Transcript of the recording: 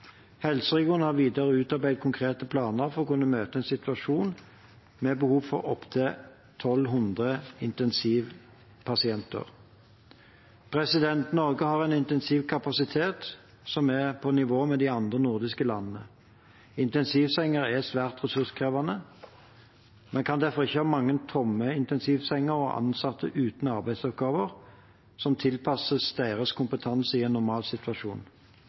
har videre utarbeidet konkrete planer for å kunne møte en situasjon med behov for opptil 1 200 intensivpasienter. Norge har en intensivkapasitet som er på nivå med de andre nordiske landene. Intensivsenger er svært ressurskrevende. Vi kan derfor ikke ha mange tomme intensivsenger og ansatte uten arbeidsoppgaver som tilpasses deres kompetanse i en